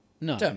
No